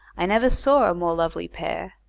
i never saw a more lovely pair.